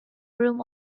room